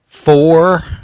Four